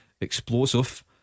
explosive